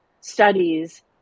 studies